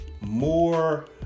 more